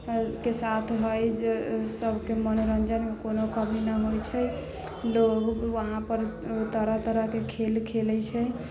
के साथ हइ जे सभके मनोरञ्जनके कोनो कमी न होइत छै लोग वहाँपर तरह तरहके खेल खेलैत छै